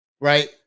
right